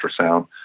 ultrasound